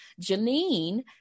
Janine